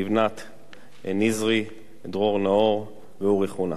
לבנת נזרי, דרור נאור ואורי חונה.